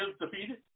defeated